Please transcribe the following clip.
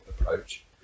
approach